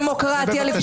זה בליץ לא לגיטימי.